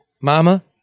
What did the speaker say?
Mama